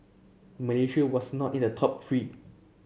Malaysia was not in the top three